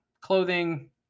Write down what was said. clothing